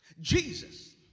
Jesus